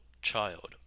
child